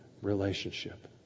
relationship